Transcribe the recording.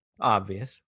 obvious